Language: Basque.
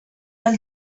ahal